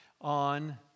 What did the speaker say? on